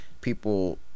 People